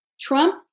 Trump